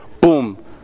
Boom